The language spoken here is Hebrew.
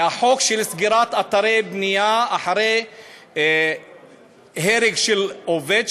החוק לסגירת אתרי בנייה אחרי הרג של עובד שם,